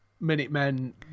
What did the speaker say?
Minutemen